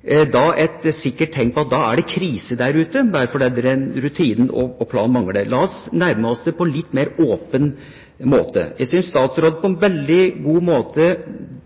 et sikkert tegn på at da er det krise der ute, bare fordi rutinen og planen mangler. La oss nærme oss det på en litt mer åpen måte. Jeg syns statsråden i sitt innlegg fortalte oss på en veldig god måte